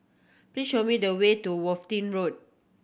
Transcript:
please show me the way to Worthing Road